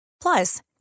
Plus